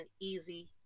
easy